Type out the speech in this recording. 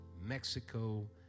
Mexico